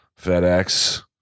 fedex